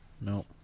no